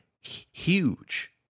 huge